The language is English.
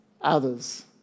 others